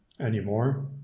Anymore